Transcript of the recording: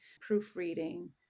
proofreading